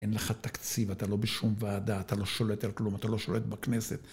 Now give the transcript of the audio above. אין לך תקציב, אתה לא בשום ועדה, אתה לא שולט על כלום, אתה לא שולט בכנסת.